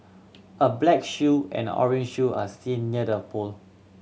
a black shoe and orange shoe are seen near the pole